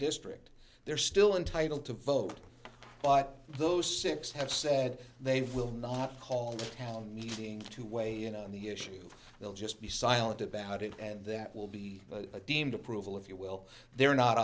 district they're still entitled to vote but those six have said they will not call talent meeting to weigh in on the issue they'll just be silent about it and that will be a deemed approval if you will they are not